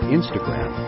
Instagram